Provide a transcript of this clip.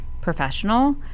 professional